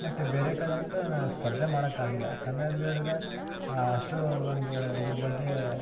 ಮತ್ತು ಬೇರೆ ಕಡೆ ಅಂತ ಸ್ಪರ್ಧೆ ಮಾಡೋಕ್ಕಾಗಿಲ್ಲ ಯಾಕಂದರೆ ಅಂದೇಳಿದರೆ ಅಷ್ಟು ಒಂದು ಇದ್ರ ಬಗ್ಗೆ